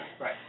Right